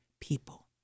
people